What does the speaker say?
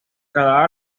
cada